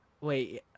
Wait